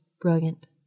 brilliant